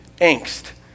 angst